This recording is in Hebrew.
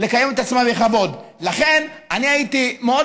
לקיים את עצמם בכבוד.